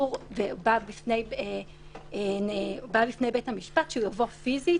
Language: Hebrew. עצור ובא לפני בית המשפט, שהוא יבוא פיזית.